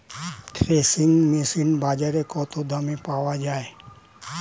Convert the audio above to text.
Threshing machine বাজারে কত দামে পাওয়া যায়?